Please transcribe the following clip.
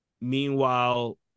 Meanwhile